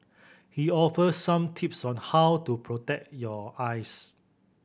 he offers some tips on how to protect your eyes